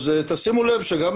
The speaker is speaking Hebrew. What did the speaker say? אז תשימו לב שגם